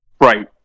Right